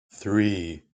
three